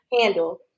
handle